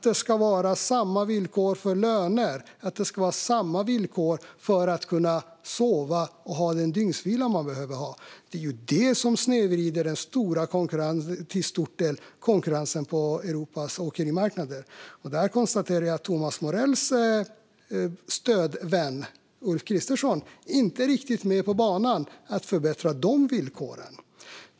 Det ska vara samma villkor för löner och samma villkor för att kunna sova och få den dygnsvila man behöver ha. Det är det som till stor del snedvrider konkurrensen på Europas åkerimarknader, och jag konstaterar att Thomas Morells stödvän Ulf Kristersson inte är riktigt med på banan när det gäller att förbättra dessa villkor.